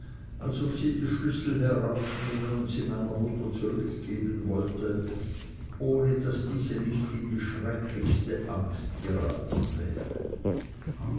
als ob sie die schlüssel herausnehmen und sie meiner mutter zurückgeben wollte ohne daß diese nicht in die schrecklichste angst geraten wäre